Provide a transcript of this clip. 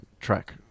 track